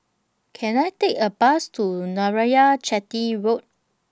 Can I Take A Bus to Narayanan Chetty Road